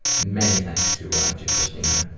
many thanks to to christina.